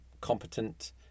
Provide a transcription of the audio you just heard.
competent